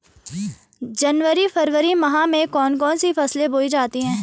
जनवरी फरवरी माह में कौन कौन सी फसलें बोई जाती हैं?